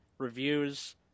reviews